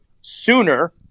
sooner